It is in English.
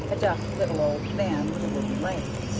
a deaf little old man with a wooden leg.